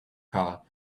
car